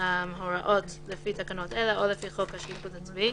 שאין לגביו הוראות לפי תקנות אלה או לפי חוק השיפוט הצבאי